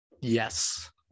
Yes